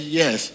yes